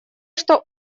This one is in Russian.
что